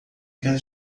quer